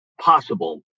possible